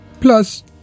Plus